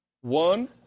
one